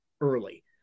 early